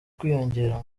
kwiyongera